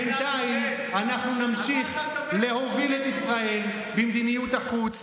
בינתיים אנחנו נמשיך להוביל את ישראל במדיניות החוץ,